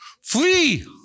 Flee